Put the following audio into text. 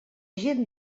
gent